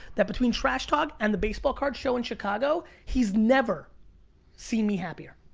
that between trash talk and the baseball card show in chicago, he's never seen me happier.